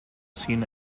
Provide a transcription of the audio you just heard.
seen